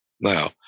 Now